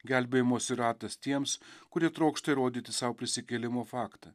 gelbėjimosi ratas tiems kurie trokšta įrodyti sau prisikėlimo faktą